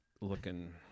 looking